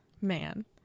man